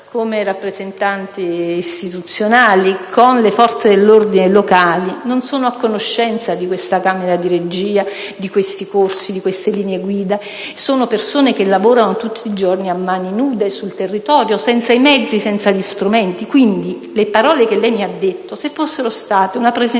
come rappresentanti istituzionali, abbiamo parlato con le forze dell'ordine locali che non sono a conoscenza di questa camera di regia, di corsi e di linee guida: sono persone che lavorano tutti i giorni a mani nude sul territorio, senza i mezzi e gli strumenti necessari. Se le parole che lei ha detto fossero state la presentazione